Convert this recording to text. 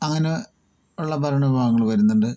അങ്ങനെ ഉള്ള ഭരണ വിഭാഗങ്ങൾ വരുന്നുണ്ട്